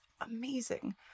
amazing